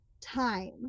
time